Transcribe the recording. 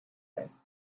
this